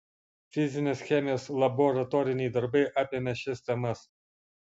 fizinės chemijos laboratoriniai darbai apėmė šias temas